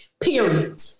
Period